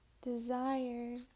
desire